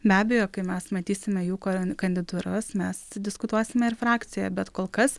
be abejo kai mes matysime jų kandidatūras mes diskutuosime ir frakcijoje bet kol kas